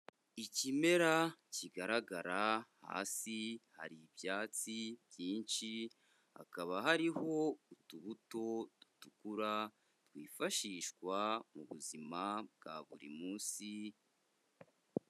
Ikimera kigaragara hasi hari ibyatsi byinshi, hakaba hariho utubuto dutukura twifashishwa mu buzima bwa buri munsi.